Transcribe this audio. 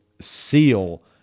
seal